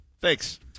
Thanks